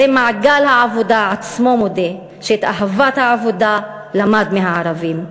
הרי מעגל העבודה עצמו מודה שאת אהבת העבודה למד מהערבים.